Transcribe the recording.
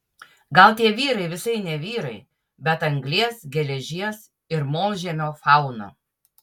gal tie vyrai visai ne vyrai bet anglies geležies ir molžemio fauna